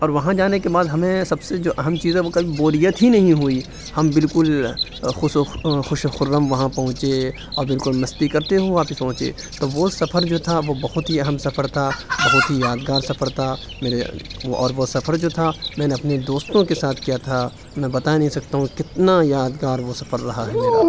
اور وہاں جانے کے بعد ہمیں سب سے جو اہم چیز ہے وہ کبھی بوریت ہی نہیں ہوئی ہم بالکل خوش و خوش و خرم وہاں پہنچے اور بالکل مستی کرتے ہوئے واپس پہنچے تو وہ سفر جو تھا وہ بہت ہی اہم سفر تھا بہت ہی یادگار سفر تھا میرے اور وہ سفر جو تھا میں نے اپنے دوستوں کے ساتھ کیا تھا میں بتا نہیں سکتا ہوں کتنا یادگار وہ سفر رہا ہے میرا